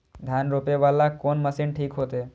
धान रोपे वाला कोन मशीन ठीक होते?